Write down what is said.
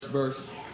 verse